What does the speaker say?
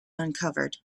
uncovered